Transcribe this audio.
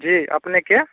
जी अपनेँके